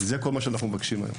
אז זה כל מה שאנחנו מבקשים היום.